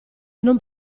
non